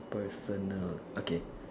personnel okay